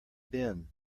bin